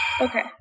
Okay